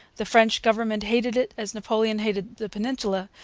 the french government hated it as napoleon hated the peninsula,